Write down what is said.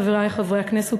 חברי חברי הכנסת,